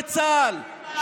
אלו שנלחמים בצה"ל,